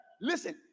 listen